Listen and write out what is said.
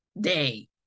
day